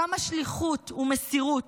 כמה שליחות ומסירות,